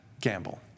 gamble